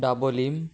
Dabolim